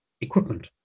equipment